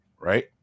right